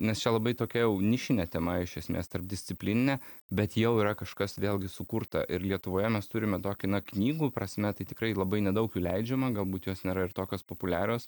nes čia labai tokia jau nišinė tema iš esmės tarpdisciplininė bet jau yra kažkas vėlgi sukurta ir lietuvoje mes turime tokį na knygų prasme tai tikrai labai nedaug jų leidžiama galbūt jos nėra ir tokios populiarios